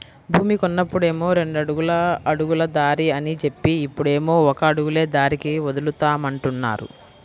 భూమి కొన్నప్పుడేమో రెండడుగుల అడుగుల దారి అని జెప్పి, ఇప్పుడేమో ఒక అడుగులే దారికి వదులుతామంటున్నారు